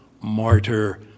martyr